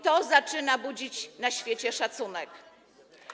To zaczyna budzić na świecie szacunek.